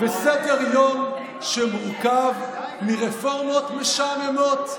וסדר-יום שמורכב מרפורמות משעממות,